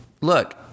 look